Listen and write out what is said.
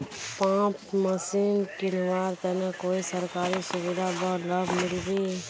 Pump machine किनवार तने कोई सरकारी सुविधा बा लव मिल्बी?